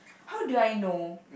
how do I know